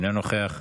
אינו נוכח,